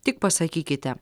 tik pasakykite